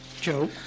Joe